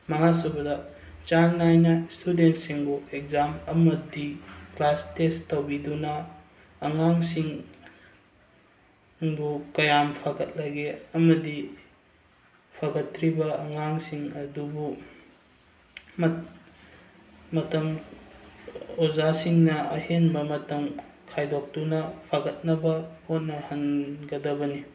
ꯃꯉꯥꯁꯨꯕꯗ ꯆꯥꯡ ꯅꯥꯏꯅ ꯁ꯭ꯇꯨꯗꯦꯟꯁꯤꯡꯕꯨ ꯑꯦꯛꯖꯥꯝ ꯑꯃꯗꯤ ꯀ꯭ꯂꯥꯁ ꯇꯦꯁ ꯇꯧꯕꯤꯗꯨꯅ ꯑꯉꯥꯡꯁꯤꯡꯕꯨ ꯀꯌꯥꯝ ꯐꯒꯠꯂꯒꯦ ꯑꯃꯗꯤ ꯐꯒꯠꯇ꯭ꯔꯤꯕ ꯑꯉꯥꯡꯁꯤꯡ ꯑꯗꯨꯕꯨ ꯃꯇꯝ ꯑꯣꯖꯥꯁꯤꯡꯅ ꯑꯍꯦꯟꯕ ꯃꯇꯝ ꯈꯥꯏꯗꯣꯛꯇꯨꯅ ꯐꯒꯠꯅꯕ ꯍꯣꯠꯅꯍꯟꯒꯗꯕꯅꯤ